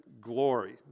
glory